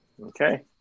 Okay